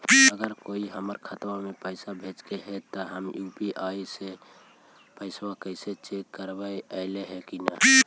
अगर कोइ हमर खाता पर पैसा भेजलके हे त यु.पी.आई से पैसबा कैसे चेक करबइ ऐले हे कि न?